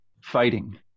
fighting